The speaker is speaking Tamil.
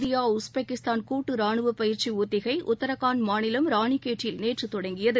இந்தியா உஸ்பெகிஸ்தான் கூட்டுராணுவபயிற்சிஒத்திகைஉத்தரகாண்ட் மாநிலம் ராணிகேட்டில் நேற்றுதொடங்கியது